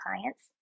clients